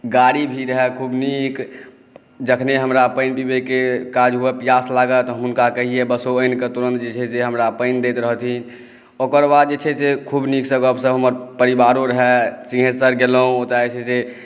गाड़ी भी रहै खुब नीक जखने हमरा पानि पिबैकेँ काज हुए प्यास लागै तऽ हुनका कहियै बस ओ आनिकऽ तुरत जे छै से हमरा पानि दैत रहथिन ओकर बाद जे छै से खुब नीकसँ गप सप ओहिपरसे हमरा परिवारो सिंघेश्वर गेलहुँ ओतऽ हमरा जे छै से